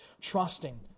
trusting